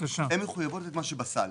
הן מחויבות מה שבסל.